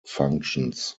functions